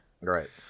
right